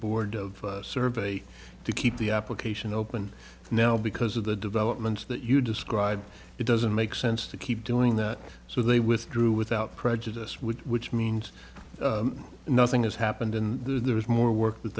board of survey to keep the application open now because of the developments that you describe it doesn't make sense to keep doing that so they withdrew without prejudice which which means nothing has happened in there's more work that